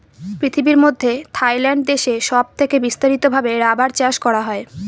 পৃথিবীর মধ্যে থাইল্যান্ড দেশে সব থেকে বিস্তারিত ভাবে রাবার চাষ করা হয়